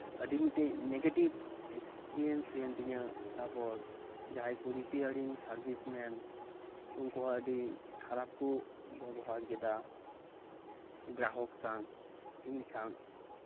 ᱟᱹᱰᱤ ᱢᱤᱫᱴᱮᱱ negative experience ᱦᱩᱭᱮᱱᱛᱤᱧᱟᱹ ᱛᱟᱯᱚᱨ ᱡᱟᱦᱟᱸᱭ ᱠᱚ ᱨᱤᱯᱮᱭᱟᱨᱤᱝ ᱥᱟᱨᱵᱷᱤᱥ ᱢᱮᱱ ᱩᱱᱠᱩ ᱦᱚᱸ ᱟᱹᱰᱤ ᱠᱷᱟᱨᱟᱯ ᱠᱚ ᱵᱮᱵᱚᱦᱟᱨ ᱠᱮᱫᱟ ᱜᱨᱟᱦᱚᱠ ᱥᱟᱶ ᱤᱧ ᱥᱟᱶ